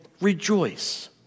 rejoice